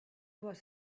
was